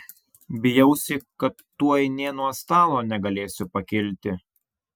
bijausi kad tuoj nė nuo stalo negalėsiu pakilti